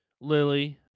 Lily